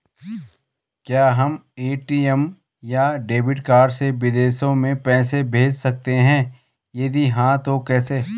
क्या हम ए.टी.एम या डेबिट कार्ड से विदेशों में पैसे भेज सकते हैं यदि हाँ तो कैसे?